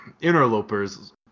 interlopers